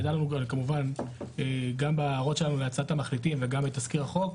היה לנו גם הערות בהצעת המחליטים וגם את תזכיר החוק,